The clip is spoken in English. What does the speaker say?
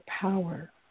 power